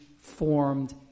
formed